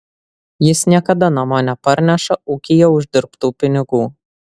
jis niekada namo neparneša ūkyje uždirbtų pinigų